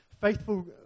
faithful